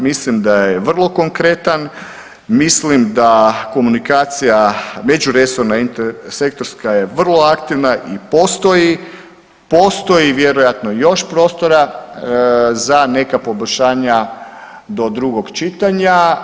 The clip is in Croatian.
Mislim da je vrlo konkretan, mislim da komunikacija međuresorna, sektorska je vrlo aktivna i postoji vjerojatno i još prostora za neka poboljšanja do drugog čitanja.